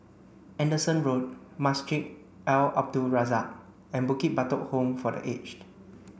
Anderson Road Masjid Al Abdul Razak and Bukit Batok Home for the Aged